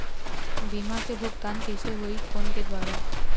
बीमा के भुगतान कइसे होही फ़ोन के द्वारा?